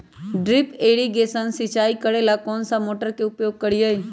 Drip irrigation सिंचाई करेला कौन सा मोटर के उपयोग करियई?